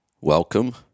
Welcome